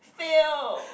fail